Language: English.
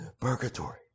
purgatory